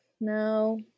no